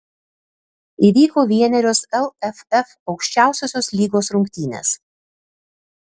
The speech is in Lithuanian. įvyko vienerios lff aukščiausiosios lygos rungtynės